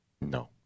No